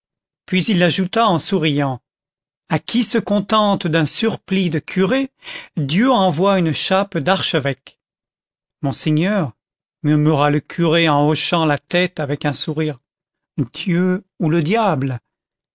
puis il ajouta en souriant à qui se contente d'un surplis de curé dieu envoie une chape d'archevêque monseigneur murmura le curé en hochant la tête avec un sourire dieu ou le diable